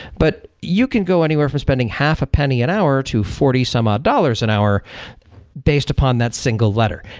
but you can go anywhere for spending half a penny an hour to forty some ah dollars an hour based upon that single letter,